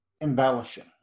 embellishing